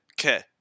Okay